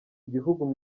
igihugu